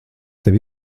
tevi